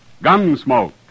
Gunsmoke